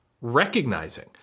recognizing